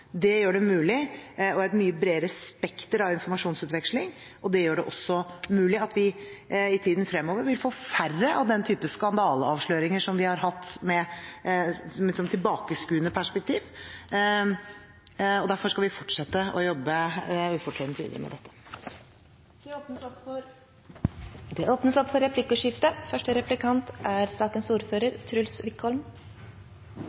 Det gjør det mulig å ha et mye bredere spekter av informasjonsutveksling, og det gjør det også mulig at vi i tiden fremover vil få færre av den typen skandaleavsløringer som vi har hatt med et tilbakeskuende perspektiv. Derfor skal vi fortsette med å jobbe ufortrødent videre med dette. Det blir replikkordskifte. Nå bekrefter i og for seg statsråden at hun er i gang og har en plan for